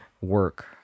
work